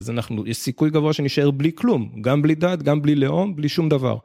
אז אנחנו- יש סיכוי גבוה שנשאר בלי כלום, גם בלי דת, גם בלי לאום, בלי שום דבר.